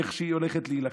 איך שהיא הולכת להילחם.